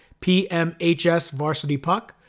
PMHSVarsityPuck